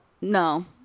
No